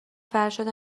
فرشاد